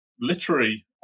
literary